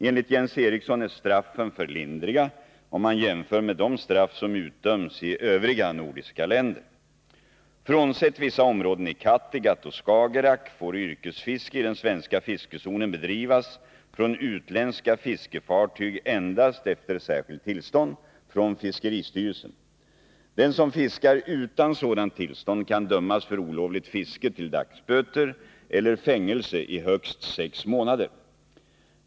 Enligt Jens Eriksson är straffen för lindriga om man jämför med de straff som utdöms i övriga nordiska länder. Frånsett vissa områden i Kattegatt och Skagerrak får yrkesfiske i den svenska fiskezonen bedrivas från utländska fiskefartyg endast efter särskilt tillstånd från fiskeristyrelsen. Den som fiskar utan sådant tillstånd kan dömas för olovligt fiske till dagsböter eller fängelse i högst sex månader.